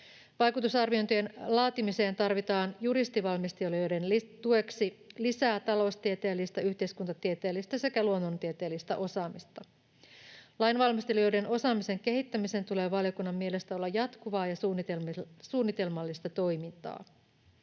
Vaikutusarviointien laatimiseen tarvitaan juristivalmistelijoiden tueksi lisää taloustieteellistä, yhteiskuntatieteellistä sekä luonnontieteellistä osaamista. Lainvalmistelijoiden osaamisen kehittämisen tulee valiokunnan mielestä olla jatkuvaa ja suunnitelmallista toimintaa.